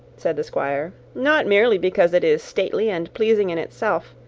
said the squire, not merely because it is stately and pleasing in itself,